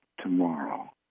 tomorrow